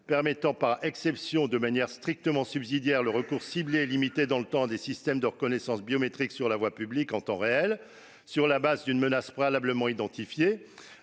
permettant, par exception et de manière strictement subsidiaire, le recours ciblé et limité dans le temps à des systèmes de reconnaissance biométrique sur la voie publique, en temps réel, sur la base d'une menace préalablement identifiée